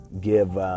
give